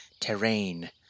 terrain